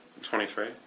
23